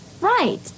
Right